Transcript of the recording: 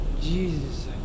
Jesus